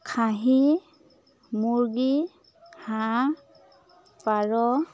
খাহী মুৰ্গী হাঁহ পাৰ